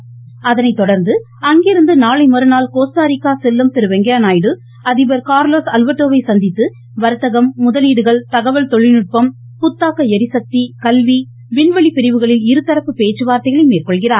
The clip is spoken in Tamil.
பின்னர் அதனை தொடர்ந்து அங்கிருந்து நாளைமறுநாள் கோஸ்டாரிகா செல்லும் திரு வெங்கையா நாயுடு அதிபர் கார்லோஸ் அல்வர்டோ வை சந்தித்து வர்த்தகம் முதலீடுகள் தகவல் தொழில்நுட்பம் புத்தாக்க எரிசக்தி கல்வி விண்வெளி பிரிவுகளில் இருதரப்பு பேச்சு வார்த்தைகளை மேற்கொள்கிறார்